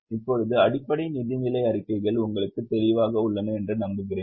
இப்போது அடிப்படை நிதிநிலை அறிக்கைகள் உங்களுக்கு தெளிவாக உள்ளன என்று நம்புகிறேன்